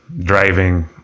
driving